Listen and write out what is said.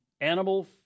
Animal